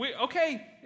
Okay